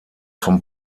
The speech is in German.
vom